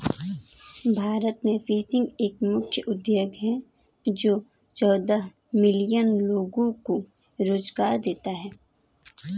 भारत में फिशिंग एक प्रमुख उद्योग है जो चौदह मिलियन लोगों को रोजगार देता है